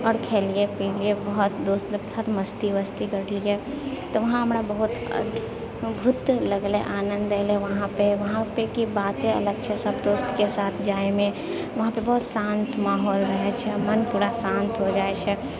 आओर खेलियै पिलियै बहुत दोस्त लोकके साथ बहुत मस्ती करलियै तऽ वहाँ हमरा बहुत बहुत लगलै आनन्द एलै वहाँपर वहाँपर कि बाते अलग छै सभ दोस्तके साथ जायमे वहाँपर बहुत शान्त माहौल रहैत छै मोन पूरा शान्त हो जाइत छै